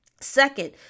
Second